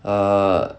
err